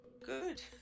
Good